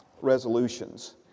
resolutions